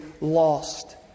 lost